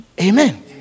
Amen